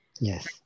Yes